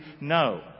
No